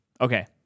okay